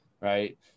Right